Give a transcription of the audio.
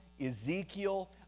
Ezekiel